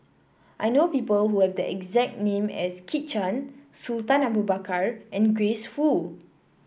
I know people who have the exact name as Kit Chan Sultan Abu Bakar and Grace Fu